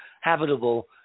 habitable